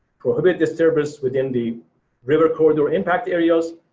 prohibit disturbance within the river code or impact areas.